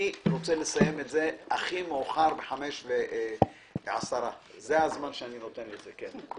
אני רוצה לסיים את זה הכי מאוחר בשעה 17:10. זה הזמן שאני מקציב לדיון.